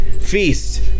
feast